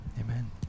Amen